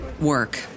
work